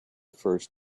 first